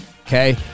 okay